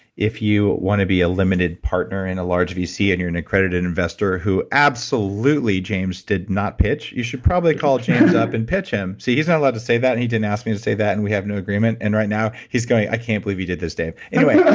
if you want to be a limited partner in a large vc and you're an accredited investor who absolutely james did not pitch, you should probably call james up and pitch him. so he's not allowed to say that and he didn't ask me to say that and we have no agreement and right now he's going, i can't believe you did this dave. anyway,